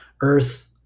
Earth